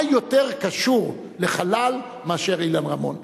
מה יותר קשור לחלל מאשר אילן רמון?